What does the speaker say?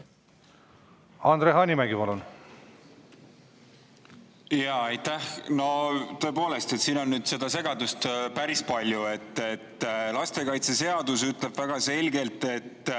Andre Hanimägi, palun! Aitäh! Tõepoolest, siin on nüüd seda segadust päris palju. Lastekaitseseadus ütleb väga selgelt, et